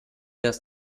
das